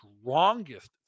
strongest